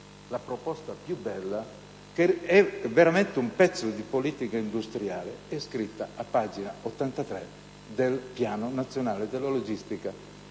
Marco Filippi, che è veramente un pezzo di politica industriale, è scritta a pagina 83 del Piano nazionale della logistica.